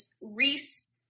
reese